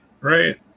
right